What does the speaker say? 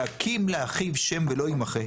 להקים לאחיו שם ולא יימחק.